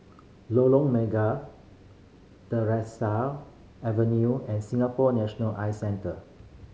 Lorong Mega Avenue and Singapore National Eye Centre